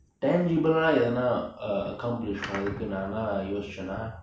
tangible எதானா:ethanaa uh accomplish பன்ரதுக்கு நா என்ன யோசிச்சேனா:pandrathukku naa enna yosichenaa